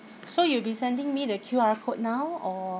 so you'll be sending me the Q_R code now or